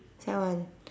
sec one